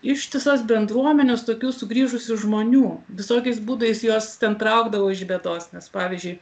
ištisas bendruomenes tokių sugrįžusių žmonių visokiais būdais juos ten traukdavo iš bėdos nes pavyzdžiui